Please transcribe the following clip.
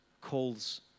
calls